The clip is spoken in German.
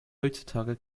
heutzutage